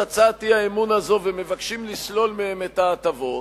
הצעת האי-אמון הזאת ומבקשים לשלול מהם את ההטבות,